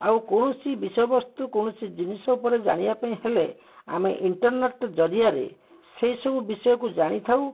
ଆଉ କୌଣସି ବିଷୟ ବସ୍ତୁ କୌଣସି ଜିନିଷ ଉପରେ ଜାଣିବା ପାଇଁ ହେଲେ ଆମେ ଇଣ୍ଟରନେଟ୍ ଜରିଆରେ ସେ ସବୁ ବିଷୟକୁ ଜାଣିଥାଉ